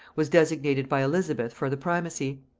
was designated by elizabeth for the primacy.